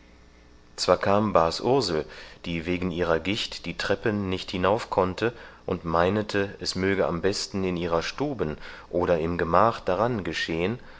zwar kam bas ursel die wegen ihrer gicht die treppen nicht hinauf konnte und meinete es möge am besten in ihrer stuben oder im gemach daran geschehen